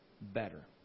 better